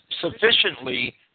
sufficiently